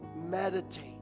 Meditate